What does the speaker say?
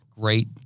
great